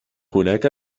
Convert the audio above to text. هناك